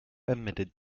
admitted